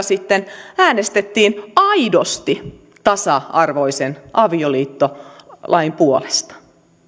sitten äänestettiin aidosti tasa arvoisen avioliittolain puolesta